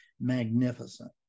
magnificent